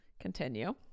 Continue